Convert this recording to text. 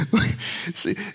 See